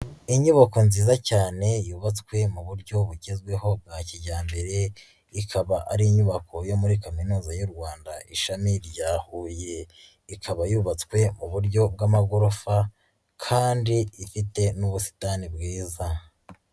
Inyubako nziza cyane yubatswe mu buryo bugezweho bwa kijyambere, ikaba ari inyubako yo muri Kaminuza y'u Rwanda ishami rya Huye, ikaba yubatswe mu buryo bw'amagorofa kandi ifite n'ubusitani bwiza.